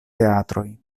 teatroj